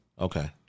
Okay